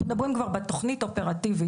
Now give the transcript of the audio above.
אנחנו מדברים כבר בתכנית האופרטיבית,